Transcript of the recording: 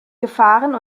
gefahren